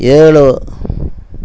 ஏழு